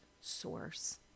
source